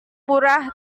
murah